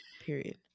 period